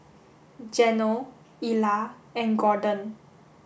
Geno Ilah and Gorden